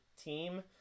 team